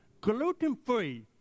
gluten-free